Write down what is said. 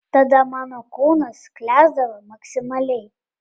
tada mano kūnas sklęsdavo maksimaliai